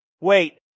Wait